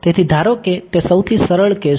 તેથી ધારો કે તે સૌથી સરળ કેસ છે